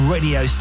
Radio